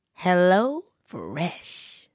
HelloFresh